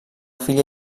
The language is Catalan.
filla